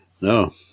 No